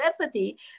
empathy